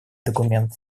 документ